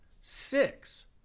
Six